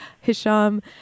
Hisham